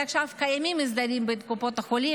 עכשיו קיימים הסדרים בין קופות החולים